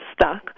stuck